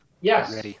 yes